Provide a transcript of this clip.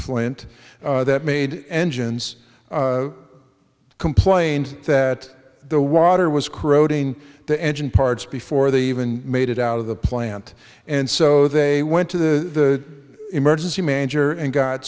flint that made engines complained that the water was corroding the engine parts before they even made it out of the plant and so they went to the emergency manager and got